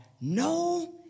no